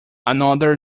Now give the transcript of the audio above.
another